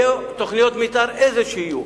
יהיו תוכניות המיתאר אשר יהיו,